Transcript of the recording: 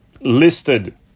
listed